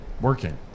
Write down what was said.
working